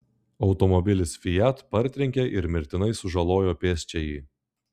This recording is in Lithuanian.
automobilis fiat partrenkė ir mirtinai sužalojo pėsčiąjį